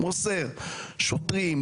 שוטרים,